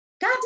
God